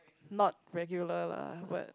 not regular lah but